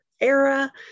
era